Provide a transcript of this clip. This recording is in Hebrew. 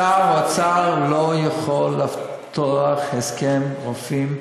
שר האוצר לא יכול לפתוח את הסכם הרופאים,